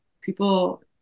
people